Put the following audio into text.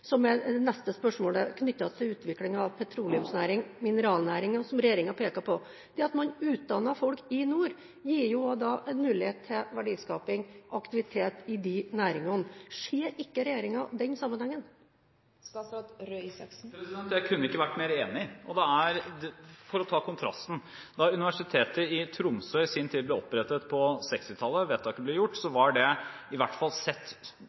det neste spørsmålet handler om – knyttet til utvikling av petroleumsnæringen og mineralnæringen, som regjeringen peker på. Det at man utdanner folk i nord, gir jo også mulighet til verdiskaping og aktivitet i disse næringene. Ser ikke regjeringen denne sammenhengen? Jeg kunne ikke vært mer enig. For å ta kontrasten: Da Universitetet i Tromsø i sin tid ble vedtatt opprettet, på 1960-tallet, var det – i hvert fall sett